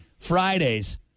friday's